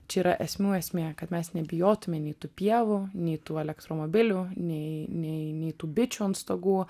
čia yra esmių esmė kad mes nebijotume nei tų pievų nei tų elektromobilių nei nei nei tų bičių ant stogų